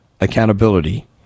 accountability